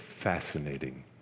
fascinating